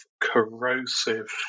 corrosive